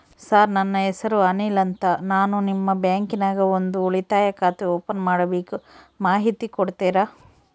Sir ನನ್ನ ಹೆಸರು ಅನಿಲ್ ಅಂತ ನಾನು ನಿಮ್ಮ ಬ್ಯಾಂಕಿನ್ಯಾಗ ಒಂದು ಉಳಿತಾಯ ಖಾತೆ ಓಪನ್ ಮಾಡಬೇಕು ಮಾಹಿತಿ ಕೊಡ್ತೇರಾ?